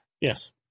Yes